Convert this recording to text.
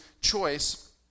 choice